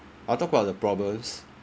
I'll talk about the problems